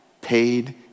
paid